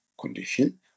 condition